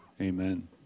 Amen